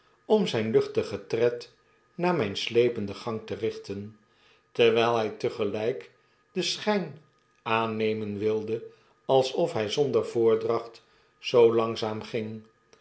om zijn luchtigen tred naar myn slependen gang te richten terwijl hy tegelyk den schijn aannemen wilde alsof hy zonder voordacht zoo langzaam ging